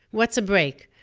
what's a break?